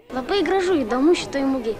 labai gražu įdomu šitoj mugėj